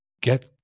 get